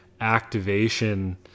activation